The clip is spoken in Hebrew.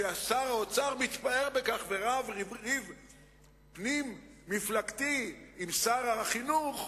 ששר האוצר מתפאר בכך ורב ריב פנים-מפלגתי עם שר החינוך,